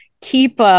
keep